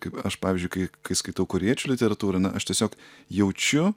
kai aš pavyzdžiui kai kai skaitau korėjiečių literatūrą na aš tiesiog jaučiu